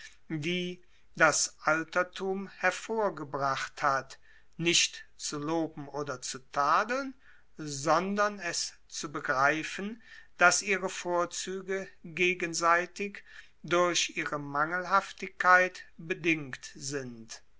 die das altertum hervorgebracht hat nicht zu loben oder zu tadeln sondern es zu begreifen dass ihre vorzuege gegenseitig durch ihre mangelhaftigkeit bedingt sind